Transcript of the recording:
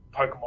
pokemon